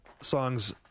songs